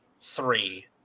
three